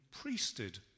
priested